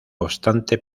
obstante